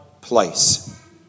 place